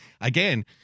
Again